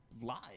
live